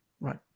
Right